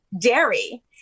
dairy